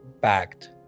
backed